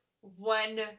one